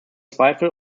zweifel